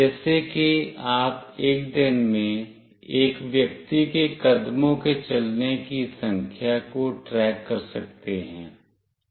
जैसे कि आप एक दिन में एक व्यक्ति के कदमों के चलने की संख्या को ट्रैक कर सकते हैं